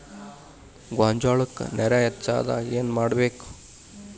ಗೊಂಜಾಳಕ್ಕ ನೇರ ಹೆಚ್ಚಾದಾಗ ಏನ್ ಮಾಡಬೇಕ್?